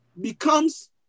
becomes